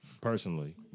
personally